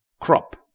crop